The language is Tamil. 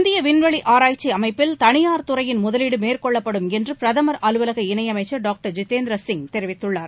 இந்திய விண்வெளி ஆராய்ச்சி அமைப்பில் தனியார் துறையின் முதலீடு மேற்கொள்ளப்படும் என்று பிரதமர் அலுவலக இணையமைச்சர் டாக்டர் ஜிதேந்திர சிங் தெரிவித்துள்ளார்